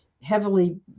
heavily